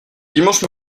dimanche